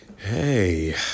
Hey